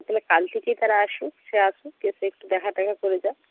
তাহলে কাল থেকেই তারা আসুক সে আসুক এসে একটু দেখা টেখা করে যাক